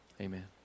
Amen